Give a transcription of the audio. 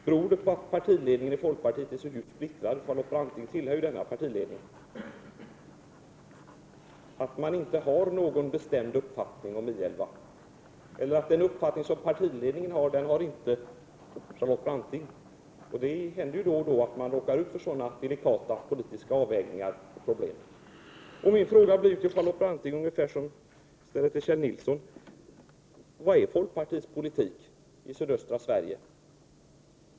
Beror det på att folkpartiets partiledning är så djupt splittrad? Charlotte Brantning tillhör ju själv denna partiledning. Är det så att partiledningen inte har någon bestämd uppfattning om I 11? Eller är det så att partiledningen och Charlotte Branting inte har samma uppfattning i frågan? Det händer ju då och då att man råkar ut för delikata, politiska avvägningar och problem av det slaget. Jag vill ställa ungefär samma fråga till Charlotte Branting som den jag ställde till Kjell Nilsson: Vilken är folkpartiets politik i sydöstra Sverige?